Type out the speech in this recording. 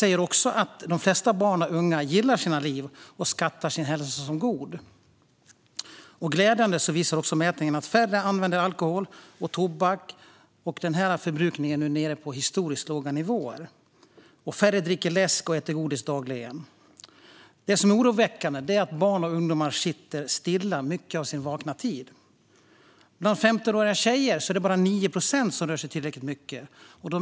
Rapporten visar att de flesta barn och unga gillar sina liv och skattar sin hälsa som god. Glädjande visar mätningen att färre använder alkohol och tobak, och förbrukningen är nu nere på historiskt låga nivåer. Det är också färre än tidigare som dricker läsk och äter godis dagligen. Det som är oroväckande är att barn och ungdomar sitter stilla mycket av sin vakna tid. Bland 15-åriga tjejer är det bara 9 procent som rör sig tillräckligt mycket.